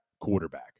quarterback